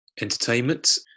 entertainment